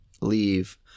leave